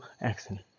accent